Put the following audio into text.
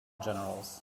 generals